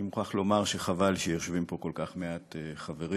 אני מוכרח לומר שחבל שיושבים פה כל כך מעט חברים.